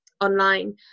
online